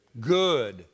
good